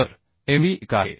तर Md 1 आहे